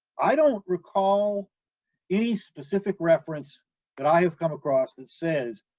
i don't recall any specific reference that i have come across that says